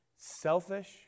selfish